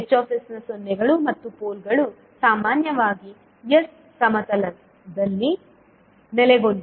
H ನ ಸೊನ್ನೆಗಳು ಮತ್ತು ಪೋಲ್ಗಳು ಸಾಮಾನ್ಯವಾಗಿ s ಸಮತಲದಲ್ಲಿ ನೆಲೆಗೊಂಡಿವೆ